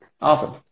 Awesome